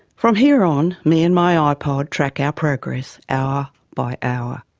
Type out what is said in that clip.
from here on, me and my ah ipod track our progress, hour by hour.